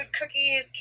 cookies